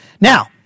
Now